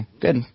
Good